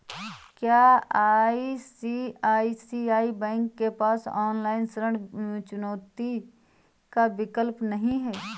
क्या ICICI bank के पास ऑनलाइन ऋण चुकौती का विकल्प नहीं है?